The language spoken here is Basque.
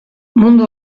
mundu